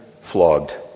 flogged